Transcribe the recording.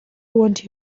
want